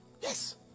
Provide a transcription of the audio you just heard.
Yes